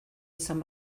izan